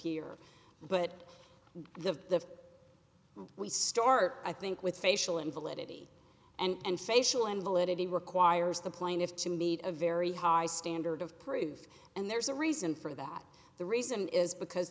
here but the we start i think with facial and validity and facial and validity requires the plaintiff to meet a very high standard of proof and there's a reason for that the reason is because